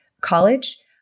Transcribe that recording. college